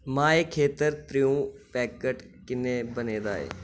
माहे खेतर त्र'ऊं पैकेट किन्ने बने दा ऐ